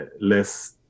less